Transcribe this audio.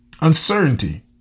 uncertainty